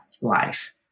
life